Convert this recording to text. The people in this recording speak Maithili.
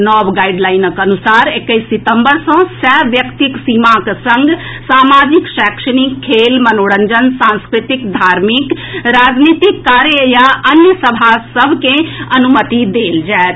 नव गाईडलाइनक अनुसार एक्कैस सितंबर सँ सय व्यक्तिक सीमाक संग सामाजिक शैक्षणिक खेल मनोरंजन सांस्कृतिक धार्मिक राजनीतिक कार्य आ अन्य सभा सभ के अनुमति देल जाएत